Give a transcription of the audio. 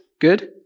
good